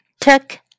Took